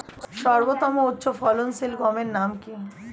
সর্বতম উচ্চ ফলনশীল গমের নাম কি?